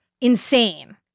Insane